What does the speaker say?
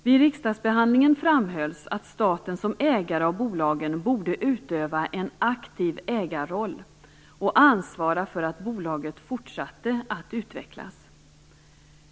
Vid riksdagsbehandlingen framhölls att staten som ägare av bolagen borde utöva en aktiv ägarroll och ansvara för att bolaget fortsatte att utvecklas.